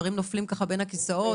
דברים נופלים ככה בין הכיסאות.